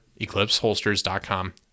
EclipseHolsters.com